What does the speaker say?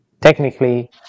technically